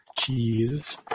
Cheese